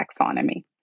taxonomy